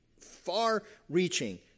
far-reaching